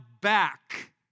back